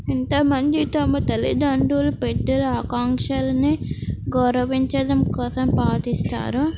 ఎంత మంది తమ తల్లిదాండ్రులు పెద్దల ఆకాంక్షలని గౌరవించడం కోసం పాటిస్తారు